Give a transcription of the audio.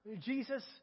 Jesus